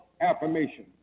affirmation